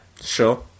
sure